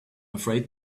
afraid